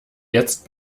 jetzt